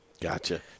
Gotcha